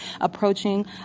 approaching